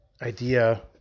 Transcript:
idea